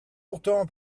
pourtant